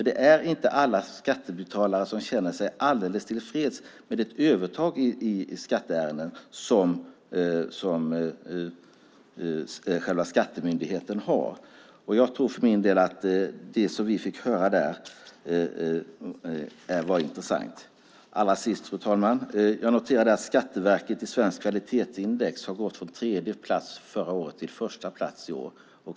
Det är inte alla skattebetalare som känner sig helt tillfreds med det övertag i skatteärenden som skattemyndigheten har. Jag tror för min del att det som vi fick höra där kan vara intressant. Allra sist, fru talman, noterade jag att Skatteverket i Svenskt Kvalitetsindex har gått från tredjeplats förra året till första plats i år.